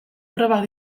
probak